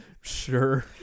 sure